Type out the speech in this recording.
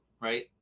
right